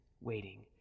waiting